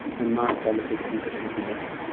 when mass politics in kashmir began.